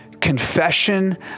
Confession